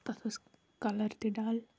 تَتھ اوس کَلَر تہِ ڈَل